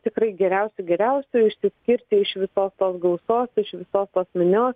tikrai geriausių geriausiu išsiskirti iš visos tos gausos iš visos tos minios